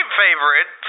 favorite